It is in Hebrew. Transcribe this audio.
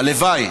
הלוואי,